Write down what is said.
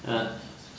!huh!